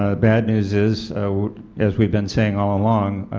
ah bad news is as we've been saying all along,